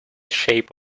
shape